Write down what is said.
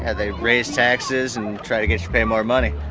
ah they'd raise taxes and try to get you to pay more money.